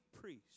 priest